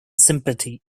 sympathy